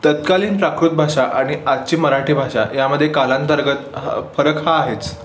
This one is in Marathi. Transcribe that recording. तत्कालीन प्राकृत भाषा आणि आजची मराठी भाषा यामध्ये कालांतर्गत ह फरक हा आहेच